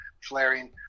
flaring